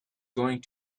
going